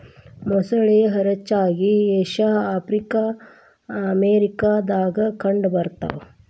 ಮೊಸಳಿ ಹರಚ್ಚಾಗಿ Asia Africa America ದಾಗ ಕಂಡ ಬರತಾವ